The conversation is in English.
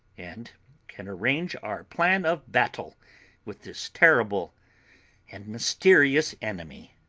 and can arrange our plan of battle with this terrible and mysterious enemy.